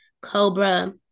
Cobra